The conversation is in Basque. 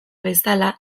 bezala